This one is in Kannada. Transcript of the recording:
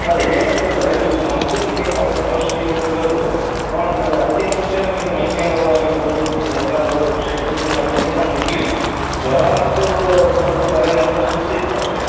ಅದೇ ಏನಂತ ಅಂದರೆ ಈಗ ಮೊದಲು ನೀವು ಏನು ಔಷಧಿ ಕೊಟ್ಟಿರೋದು ತೊಗೊಂಡು ಅದು ಅದಕ್ಕಿಂತ ಮುಂಚೆ ನನಗೆ ಮೈ ಕೈ ನೋವು ಆಗಿರ್ಬೋದು ಕೈ ಕಾಲು ಶಕ್ತಿ ಇಲ್ದಂಗೆ ಆಗಿದ್ದು ಏನು ಹಂಗಿರ್ಲಿಲ್ಲ ಜ್ವರ ಮತ್ತು ಒಂದು ಸ್ವಲ್ಪ ತಲೆನೋವು ಸುಸ್ತು ಇತ್ತು ಅಷ್ಟೇ